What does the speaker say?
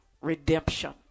redemption